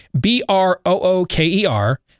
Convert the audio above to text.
B-R-O-O-K-E-R